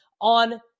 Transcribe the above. on